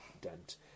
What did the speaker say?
dent